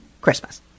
Christmas